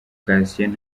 cassien